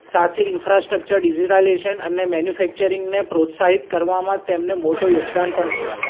સાથે infrastructure digitalisation અને મેન્યુફેક્ચરિંગને પ્રોત્સાહિત કરવામાં તેમને મોટો યોગદાન પણ છે